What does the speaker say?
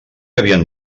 havien